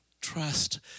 trust